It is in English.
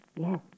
Yes